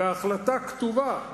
בהחלטה כתובה,